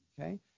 okay